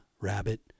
rabbit